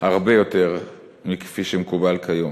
הרבה יותר מכפי שמקובל כיום.